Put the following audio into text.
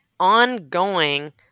ongoing